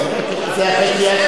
43 בעד,